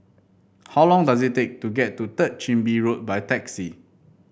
how long does it take to get to Third Chin Bee Road by taxi